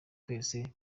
twese